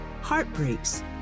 heartbreaks